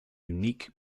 unique